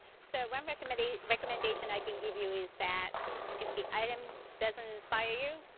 so one recommendation recommendation i can give you is that if the item doesn't inspire you,